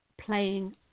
playing